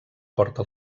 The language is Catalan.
porta